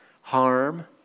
harm